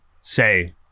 say